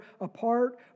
apart